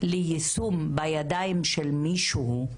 ליישום בידיים של מישהו,